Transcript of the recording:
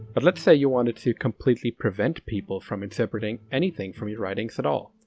but let's say you wanted to completely prevent people from interpreting anything from your writings at all,